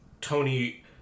Tony